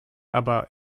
aber